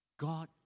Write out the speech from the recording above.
God